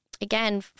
again